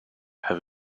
have